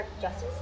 justice